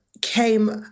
came